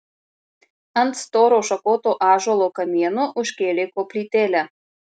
ant storo šakoto ąžuolo kamieno užkėlė koplytėlę